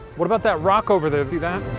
what about that rock over there, see that?